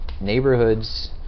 neighborhoods